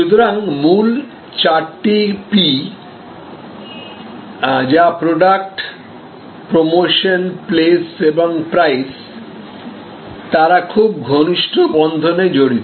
সুতরাং মূল চারটি পি যা প্রডাক্ট প্রমোশন প্লেস এবং প্রাইস তারা খুব ঘনিষ্ঠ বন্ধনে জড়িত